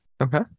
Okay